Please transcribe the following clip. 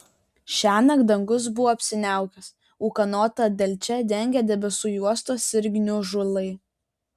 šiąnakt dangus buvo apsiniaukęs ūkanotą delčią dengė debesų juostos ir gniužulai